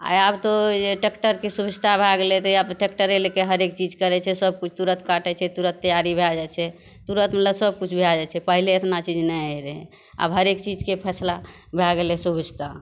आब तऽ टेक्टरके सुविस्ता भए गेलै तहिया से टेक्टरे लए के हरेक चीज करै छै सभकिछु तुरत काटै छै तुरत तैयारी भए छै तुरत मतलब सभकिछु भए जाइ छै पहिले एतना चीज नहि रहै आब हरेक चीजके फैसला भए गेलै सुविस्ता